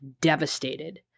devastated